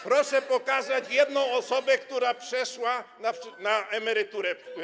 Proszę pokazać jedną osobę, która przeszła na późniejszą emeryturę.